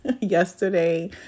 Yesterday